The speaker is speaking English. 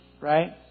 Right